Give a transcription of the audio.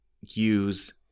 use